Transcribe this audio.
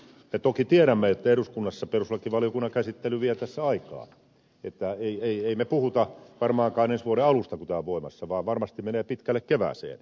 me toki tiedämme että eduskunnassa perustuslakivaliokunnan käsittely vie tässä aikaa emme puhu varmaankaan ensi vuoden alusta kun tämä on voimassa vaan varmasti menee pitkälle kevääseen